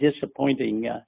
disappointing